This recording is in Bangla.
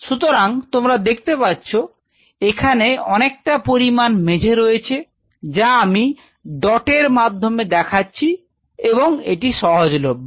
সুতরাং তোমরা দেখতে পাচ্ছ এখানে অনেকটা পরিমাণ মেঝে রয়েছে যা আমি ডট এর মাধ্যমে দেখাচ্ছি এবং এটি সহজলভ্য